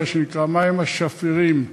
המים השפירים,